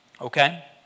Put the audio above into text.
Okay